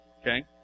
Okay